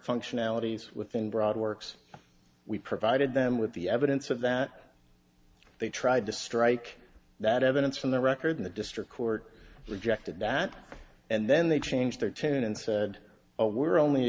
functionalities within broad works we provided them with the evidence of that they tried to strike that evidence from their record in the district court rejected that and then they changed their tune and said oh we're only